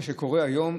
מה שקורה היום,